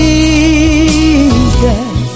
Jesus